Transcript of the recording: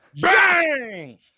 Bang